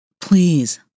Please